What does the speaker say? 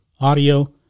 audio